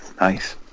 Nice